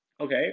Okay